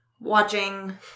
watching